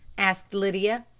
asked lydia.